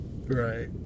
right